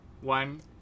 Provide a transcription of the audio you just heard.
One